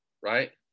right